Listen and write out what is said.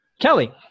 Kelly